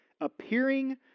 Appearing